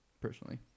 personally